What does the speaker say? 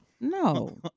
No